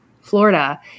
Florida